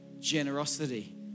generosity